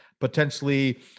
potentially